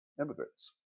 immigrants